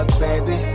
baby